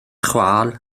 chwâl